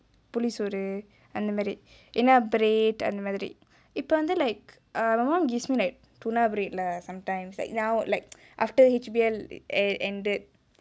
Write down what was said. புளிசோறு அந்தமாரி இல்லேனா:pulisoru anthamari illaena bread அந்த மாதிரி இப்பே வந்து:antha maathiri ippae vanthu like my mum gives me like tuna bread lah sometimes like now like after H_B_L end~ ended